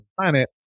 planet